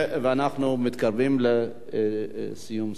אנחנו מתקרבים לסיום סדר-היום.